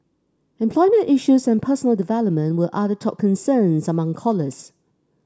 employment issues and personal development were other top concerns among callers